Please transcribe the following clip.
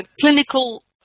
clinical